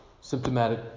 symptomatic